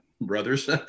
brothers